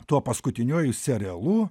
tuo paskutiniuoju serialu